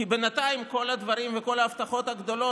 כי בינתיים כל הדברים וכל ההבטחות הגדולות,